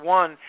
one